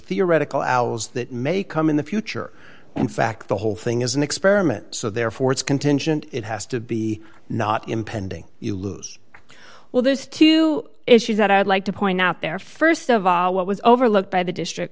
theoretical owls that may come in the future in fact the whole thing is an experiment so therefore it's contingent it has to be not impending you lose well there's two issues that i'd like to point out there st of all what was overlooked by the district